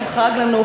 יום חג לנו,